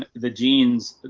the genes,